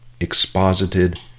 exposited